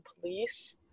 police